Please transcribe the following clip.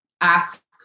ask